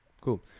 Cool